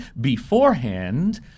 beforehand –